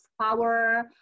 power